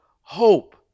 hope